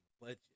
budget